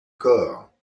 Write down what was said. corps